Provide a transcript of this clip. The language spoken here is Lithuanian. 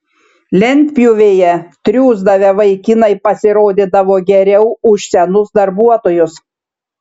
lentpjūvėje triūsdavę vaikinai pasirodydavo geriau už senus darbuotojus